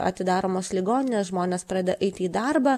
atidaromos ligoninės žmonės pradeda eiti į darbą